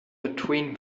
between